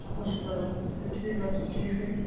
شُکُر شُکُر رۄبَس کُن تُہۍ چھِو ٹھیٖک گَرِ چھِ حظ ٹھیٖک سٲری